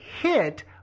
hit